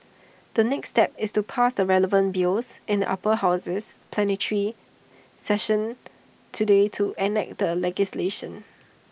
the next step is to pass the relevant bills in the upper houses plenary session today to enact the legislation